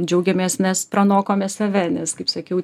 džiaugiamės nes pranokome save nes kaip sakiau